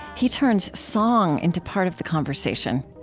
he turns song into part of the conversation.